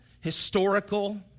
historical